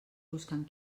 buscant